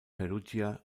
perugia